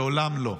לעולם לא.